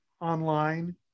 online